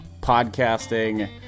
podcasting